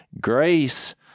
Grace